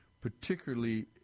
particularly